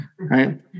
Right